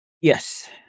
Yes